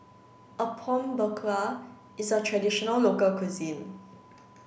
Apom Berkuah is a traditional local cuisine